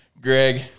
Greg